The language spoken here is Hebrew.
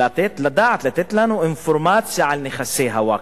לדעת לתת לנו אינפורמציה על נכסי הווקף: